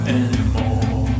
anymore